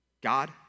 God